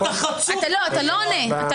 למה אתה לא עונה על כלום?